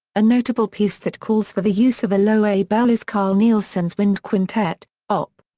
a notable piece that calls for the use of a low a bell is carl nielsen's wind quintet, op.